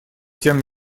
тем